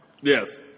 Yes